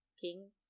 king